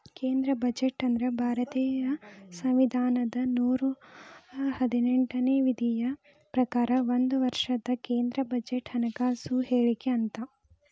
ಕೇಂದ್ರ ಬಜೆಟ್ ಅಂದ್ರ ಭಾರತೇಯ ಸಂವಿಧಾನದ ನೂರಾ ಹನ್ನೆರಡನೇ ವಿಧಿಯ ಪ್ರಕಾರ ಒಂದ ವರ್ಷದ ಕೇಂದ್ರ ಬಜೆಟ್ ಹಣಕಾಸು ಹೇಳಿಕೆ ಅಂತ